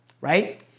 Right